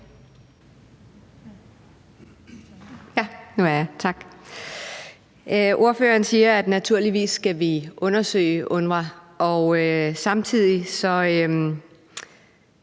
Munch (DD): Tak. Ordføreren siger, at vi naturligvis skal undersøge UNRWA, og samtidig er